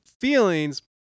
feelings